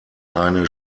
eine